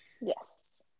yes